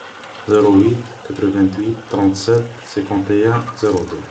زيرو ويت كتروفانتويت طرونتسات سيكونتيان زيرو دو